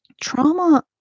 trauma